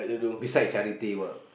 besides charity work